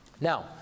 Now